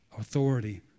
authority